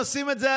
ולא נעליים,